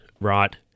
right